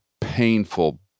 painful